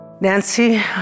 Nancy